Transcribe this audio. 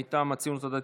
מטעם הציונות הדתית,